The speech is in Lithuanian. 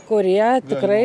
kurie tikrai